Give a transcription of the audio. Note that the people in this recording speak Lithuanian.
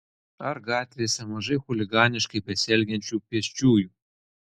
ar gatvėse mažai chuliganiškai besielgiančių pėsčiųjų